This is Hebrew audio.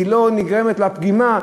לא נגרמת לה פגימה,